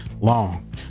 long